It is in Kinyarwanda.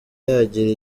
yagira